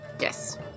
Yes